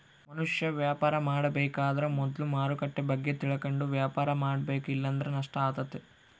ಮನುಷ್ಯ ವ್ಯಾಪಾರ ಮಾಡಬೇಕಾದ್ರ ಮೊದ್ಲು ಮಾರುಕಟ್ಟೆ ಬಗ್ಗೆ ತಿಳಕಂಡು ವ್ಯಾಪಾರ ಮಾಡಬೇಕ ಇಲ್ಲಂದ್ರ ನಷ್ಟ ಆತತೆ